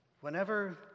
Whenever